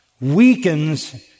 weakens